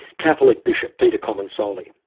catholic bishop peter comensoli.